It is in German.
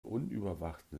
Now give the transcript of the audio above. unüberwachten